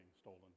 stolen